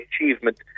achievement